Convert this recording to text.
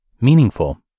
meaningful